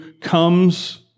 comes